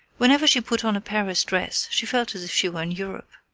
whenever she put on a paris dress she felt as if she were in europe.